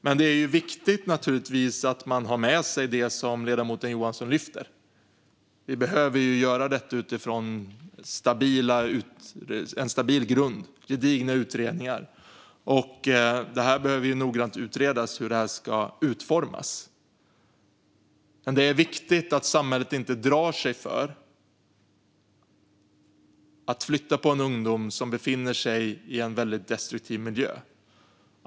Men det är naturligtvis viktigt att man har med sig det som ledamoten Johansson lyfter. Vi behöver göra detta utifrån en stabil grund och gedigna utredningar. Och det behöver noggrant utredas hur det ska utformas. Men det är viktigt att samhället inte drar sig för att flytta på en ungdom som befinner sig i en väldigt destruktiv miljö.